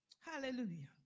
Hallelujah